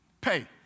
Pay